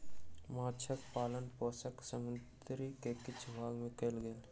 माँछक पालन पोषण समुद्र के किछ भाग में कयल गेल